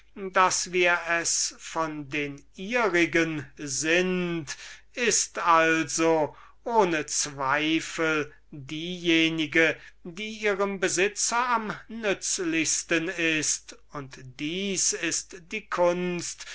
daß wir es von den ihrigen sind ist also ohne zweifel diejenige die ihrem besitzer am nützlichsten ist und dieses ist die kunst